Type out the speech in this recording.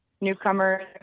newcomers